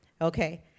Okay